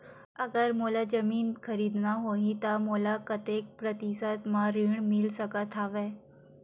अगर मोला जमीन खरीदना होही त मोला कतेक प्रतिशत म ऋण मिल सकत हवय?